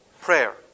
prayer